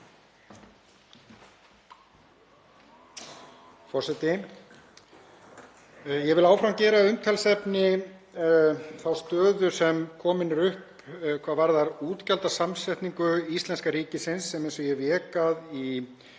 Forseti. Ég vil áfram gera að umtalsefni þá stöðu sem komin er upp hvað varðar útgjaldasamsetningu íslenska ríkisins sem, eins og ég vék að í